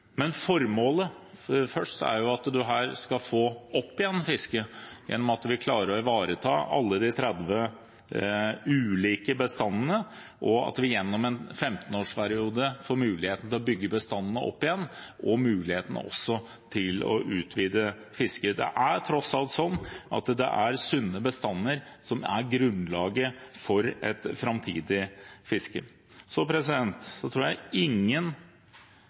Men formålet er at man her skal få opp igjen fisket gjennom at vi klarer å ivareta alle de 30 ulike bestandene, og at vi gjennom en 15-årsperiode får muligheten til å bygge bestandene opp igjen og også muligheten til å utvide fisket. Det er tross alt slik at det er sunne bestander som er grunnlaget for et framtidig fiske. Så tror jeg ingen